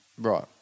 Right